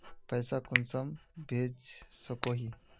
पैसा कुंसम भेज सकोही?